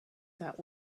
that